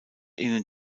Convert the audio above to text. ihnen